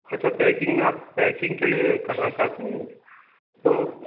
अच्छा पैकिंग में आप पैकिंग के लिए करना चाहते हैं तो